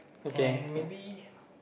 and maybe